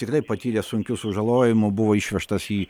tikrai patyrė sunkių sužalojimų buvo išvežtas į